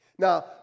Now